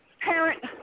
parent